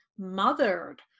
mothered